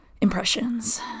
Impressions